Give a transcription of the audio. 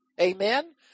Amen